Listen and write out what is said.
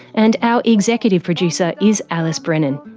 and our executive producer is alice brennan.